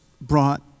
brought